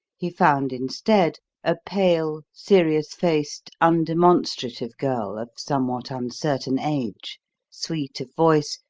he found instead a pale, serious-faced, undemonstrative girl of somewhat uncertain age sweet of voice,